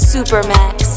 Supermax